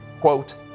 quote